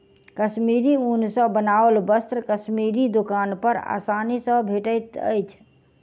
कश्मीरी ऊन सॅ बनाओल वस्त्र कश्मीरी दोकान पर आसानी सॅ भेटैत अछि